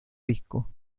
disco